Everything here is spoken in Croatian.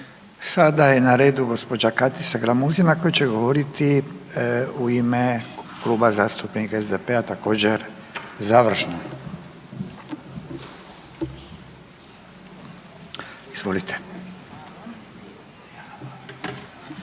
Sada je na redu gđa. Katica Glamuzina koja će govoriti u ime Kluba zastupnika SDP-a također, završno. Izvolite.